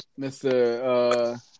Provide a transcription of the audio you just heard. Mr